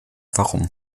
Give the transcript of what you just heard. warum